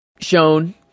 shown